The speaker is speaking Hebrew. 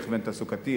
הכוון תעסוקתי,